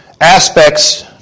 aspects